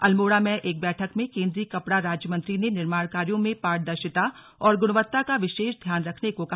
अल्मोड़ा में एक बैठक में केंद्रीय कपड़ा राज्य मंत्री ने निर्माण कार्यों में पारदर्शिता और गुणवत्ता का विशेष ध्यान रखने को कहा